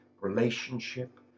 relationship